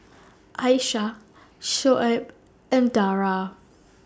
Aisyah Shoaib and Dara